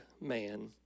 man